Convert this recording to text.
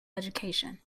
education